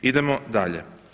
Idemo dalje.